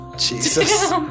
Jesus